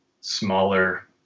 smaller